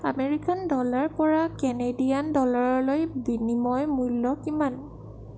American dollar পৰা Canadian ডলাৰলৈ বিনিময় মূল্য কিমান